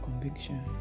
conviction